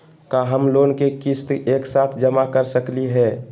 का हम लोन के किस्त एक साथ जमा कर सकली हे?